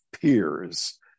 peers